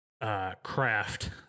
craft